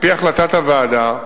על-פי החלטת הוועדה,